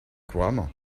couramment